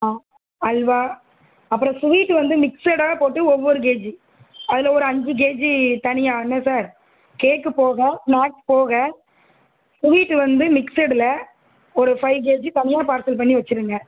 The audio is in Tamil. ஆ அல்வா அப்புறம் ஸ்வீட்டு வந்து மிக்ஸடாக போட்டு ஒவ்வொரு கேஜி அதில் ஒரு அஞ்சு கேஜி தனியாக என்ன சார் கேக்கு போக ஸ்நாக்ஸ் போக ஸ்வீட்டு வந்து மிக்ஸ்டில் ஒரு ஃபைவ் கேஜி தனியாக பார்சல் பண்ணி வச்சுருங்க